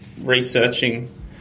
researching